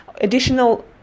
additional